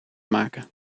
maken